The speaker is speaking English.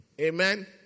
Amen